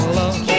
love